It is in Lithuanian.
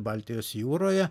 baltijos jūroje